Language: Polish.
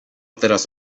teraz